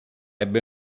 ebbe